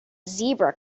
zebra